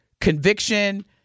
conviction